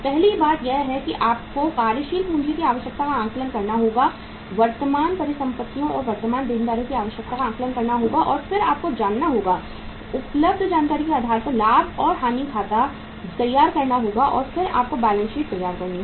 पहली बात यह है कि आपको कार्यशील पूंजी की आवश्यकता का आकलन करना होगा वर्तमान परिसंपत्तियों और वर्तमान देनदारियों की आवश्यकता का आकलन करना और फिर आपको जानना होगा उपलब्ध जानकारी के आधार पर लाभ और हानि खाता तैयार करना होगा और फिर आपको बैलेंस शीट तैयार करनी होगी